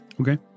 Okay